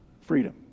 Freedom